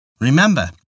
Remember